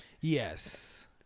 Yes